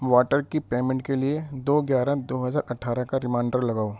water کی payment کے لیے دو گیارہ دو ہزار اٹھارہ کا ریمانڈر لگاؤ